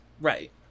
Right